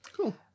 Cool